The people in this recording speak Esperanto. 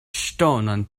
ŝtonon